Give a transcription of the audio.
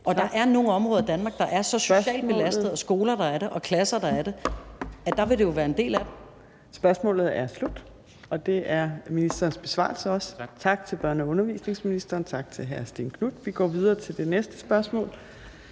(Trine Torp): Ja tak!), der er så socialt belastede, og skoler, der er det, og klasser, der er det, at der vil det jo være en del … Kl. 15:28 Fjerde næstformand (Trine Torp): Spørgsmålet er slut, og det er ministerens besvarelse også. Tak til børne- og undervisningsministeren, og tak til hr. Stén Knuth. Vi går videre til det næste spørgsmål,